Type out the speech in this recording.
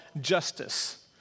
justice